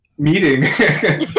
meeting